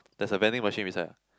there's a vending machine beside ah